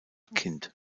kind